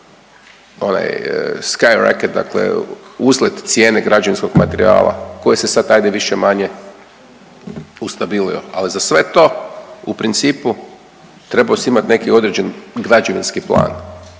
onaj sky racket dakle uzlet cijene građevinskog materijala, koji se sad ajde više-manje ustabilio, ali za sve to u principu trebao si imat neki određen građevinski plan.